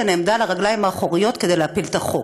נעמדה על הרגליים האחוריות כדי להפיל את החוק.